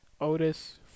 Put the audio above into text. Otis